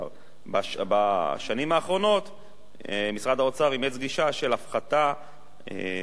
בשנים האחרונות משרד האוצר אימץ גישה של הפחתה תלולה,